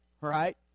right